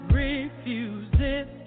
refuses